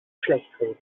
schlechtreden